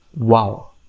wow